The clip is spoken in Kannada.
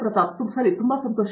ಪ್ರತಾಪ್ ಹರಿಡೋಸ್ ಸರಿ ತುಂಬಾ ಸಂತೋಷ